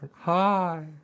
Hi